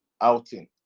outing